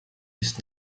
ist